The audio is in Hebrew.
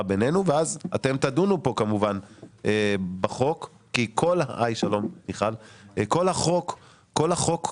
בינינו ואז אתם תדונו כאן כמובן בחוק כי כל החוק כולו,